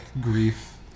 grief